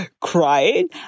crying